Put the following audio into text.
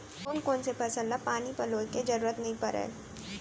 कोन कोन से फसल ला पानी पलोय के जरूरत नई परय?